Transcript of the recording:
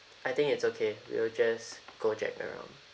I think it's okay we'll just Gojek around